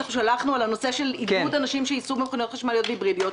שאנחנו שלחנו על נושא עידוד אנשים שיסעו במכוניות חשמליות והיברידיות.